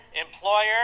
employer